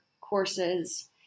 courses